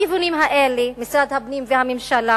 בשני הכיוונים האלה משרד הפנים והממשלה